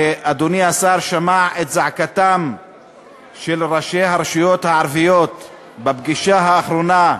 ואדוני השר שמע את זעקתם של ראשי הרשויות הערביות בפגישה האחרונה,